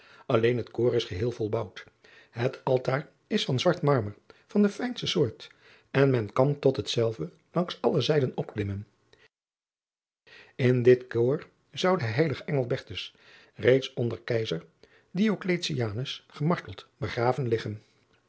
lleen het koor is geheel volbouwd et altaar is van zwart marmer van de fijnste soort en men kan tot hetzelve langs alle zijden opklimmen n dit koor zou de eilige reeds onder eizer gemarteld begraven liggen